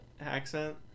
accent